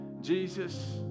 Jesus